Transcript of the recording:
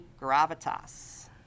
gravitas